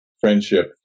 friendship